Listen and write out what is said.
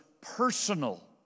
personal